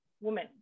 woman